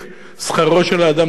שכרו של האדם נפגע,